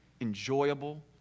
enjoyable